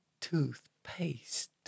toothpaste